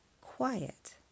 quiet